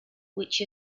which